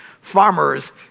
farmers